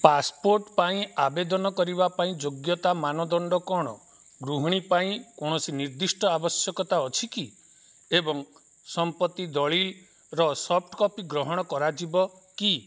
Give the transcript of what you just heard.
passport ପାଇଁ ଆବେଦନ କରିବା ପାଇଁ ଯୋଗ୍ୟତା ମାନଦଣ୍ଡ କଣ ଗୃହିଣୀ ପାଇଁ କୌଣସି ନିର୍ଦ୍ଦିଷ୍ଟ ଆବଶ୍ୟକତା ଅଛି କି ଏବଂ ସମ୍ପତ୍ତି ଦଲିଲର ସଫ୍ଟ କପି ଗ୍ରହଣ କରାଯିବ କି